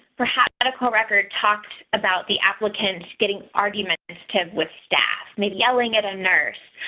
perhaps medical record talked about the applicant getting argumentative with staff may be yelling at a nurse.